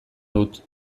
dut